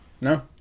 No